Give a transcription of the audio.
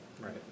Right